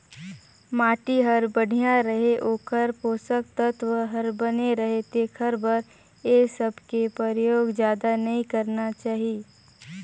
माटी हर बड़िया रहें, ओखर पोसक तत्व हर बने रहे तेखर बर ए सबके परयोग जादा नई करना चाही